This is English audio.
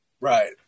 Right